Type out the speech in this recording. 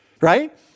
right